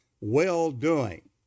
well-doing